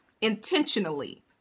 intentionally